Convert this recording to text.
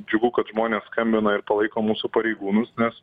džiugu kad žmonės skambina ir palaiko mūsų pareigūnus nes